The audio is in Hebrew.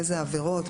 איזה עבירות,